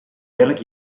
welk